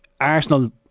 Arsenal